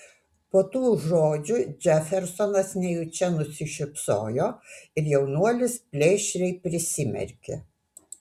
po tų žodžių džefersonas nejučia nusišypsojo ir jaunuolis plėšriai prisimerkė